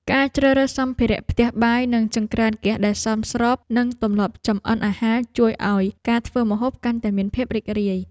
ការជ្រើសរើសសម្ភារៈផ្ទះបាយនិងចង្ក្រានហ្គាសដែលសមស្របនឹងទម្លាប់ចម្អិនអាហារជួយឱ្យការធ្វើម្ហូបកាន់តែមានភាពរីករាយ។